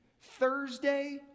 Thursday